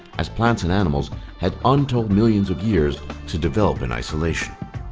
as plants and animals had untold millions of years to develop in isolation.